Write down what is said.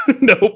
Nope